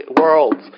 worlds